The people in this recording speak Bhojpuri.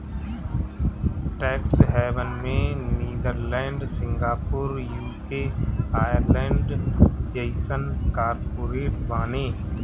टेक्स हेवन में नीदरलैंड, सिंगापुर, यू.के, आयरलैंड जइसन कार्पोरेट बाने